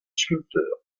sculpteur